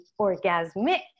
orgasmic